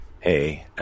Hey